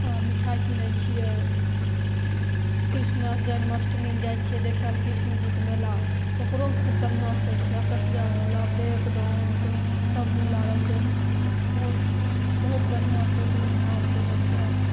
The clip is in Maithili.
आओर मिठाइ किनै छिए कृष्णा जन्माष्टमीमे जाइ छिए देखै ले कृष्णजीके मेला ओकरोमे खूब बढ़िआँसे होइ छै अकसिया झूला ब्रेकडाउन सब सब झूला रहै छै बहुत बहुत बढ़िआँसे धूमधामसे होइ छै